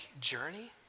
journey